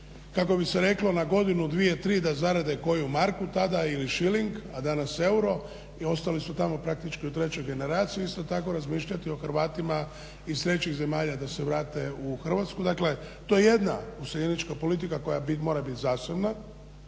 kako bi se rekli na godinu, dvije, tri da zarade koju marku tada ili šiling a da nas euro i ostali su tamo praktički u trećoj generaciji isto tako razmišljati o Hrvatima iz trećih zemalja da se vrate u Hrvatsku. Dakle to je jedna useljenička politika koja mora biti zasebna,